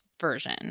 version